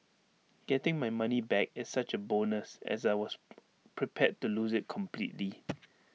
getting my money back is such A bonus as I was prepared to lose IT completely